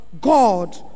God